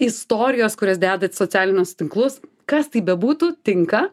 istorijos kurias dedat socialinius tinklus kas tai bebūtų tinka